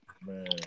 Man